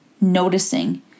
noticing